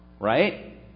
right